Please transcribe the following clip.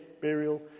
burial